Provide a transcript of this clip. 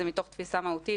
זה מתוך תפיסה מהותית,